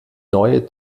neue